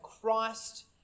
Christ